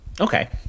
Okay